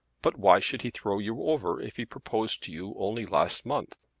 but why should he throw you over if he proposed to you only last month?